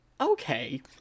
Okay